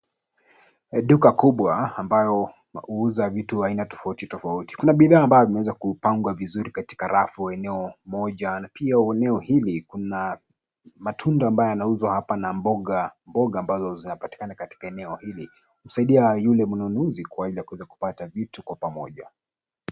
Eduka kubwa ambayo huuza vitu aina tofauti tofauti. Kuna bidhaa ambao imeweza kupangwa vizuri katika rafu eneo moja na pia eneo hili kuna matunda ambayo yanauzwa hapa na mboga mboga ambazo zinapatikana katika eneo hili husaidia yule mnunuzi kwa ila ya kuweza kupata vitu kwa pamoja.